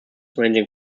ranging